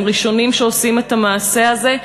הם ראשונים שעושים את המעשה הזה,